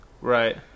Right